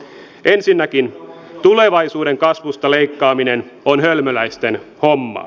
ensinnäkin tulevaisuuden kasvusta leikkaaminen on hölmöläisten hommaa